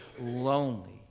lonely